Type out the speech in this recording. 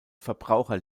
verbraucher